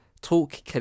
Talk